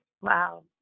Wow